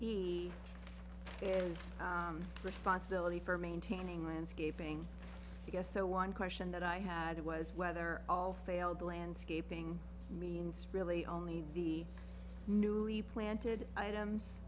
he is responsibility for maintaining landscaping i guess so one question that i had was whether all failed landscaping means really only the newly planted